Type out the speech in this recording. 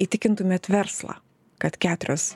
įtikintumėt verslą kad keturios